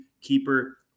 keeper